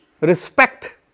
respect